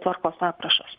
tvarkos aprašas